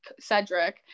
Cedric